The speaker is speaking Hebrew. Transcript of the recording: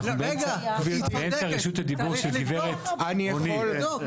אנחנו באמצע רשות הדיבור של הגברת רונית.